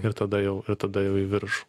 ir tada jau ir tada jau į viršų